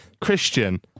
Christian